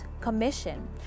Commission